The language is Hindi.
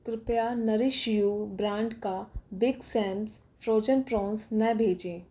कृपया नरिश यू ब्रांड का बिग सैम्स फ्रोजेन प्रॉन्स न भेजें